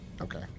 Okay